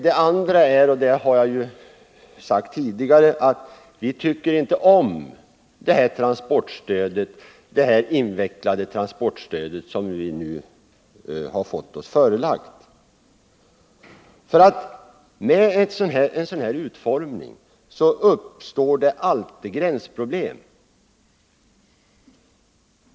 Det andra är, som jag tidigare sagt, att vi inte tycker om det invecklade förslag till transportstöd som vi nu har att behandla. Med en sådan utformning uppstår det alltid gränsproblem.